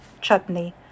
chutney